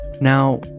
Now